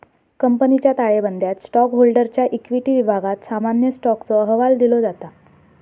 कंपनीच्या ताळेबंदयात स्टॉकहोल्डरच्या इक्विटी विभागात सामान्य स्टॉकचो अहवाल दिलो जाता